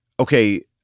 okay